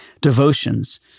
devotions